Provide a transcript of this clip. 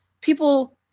people